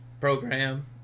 program